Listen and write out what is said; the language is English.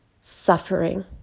suffering